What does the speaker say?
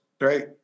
right